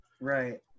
Right